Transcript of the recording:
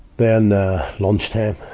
then, ah, lunchtime,